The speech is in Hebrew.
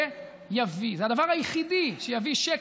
זה הדבר היחידי שיביא שקט,